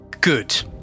Good